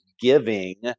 giving